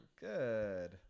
Good